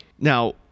Now